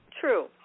true